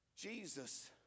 Jesus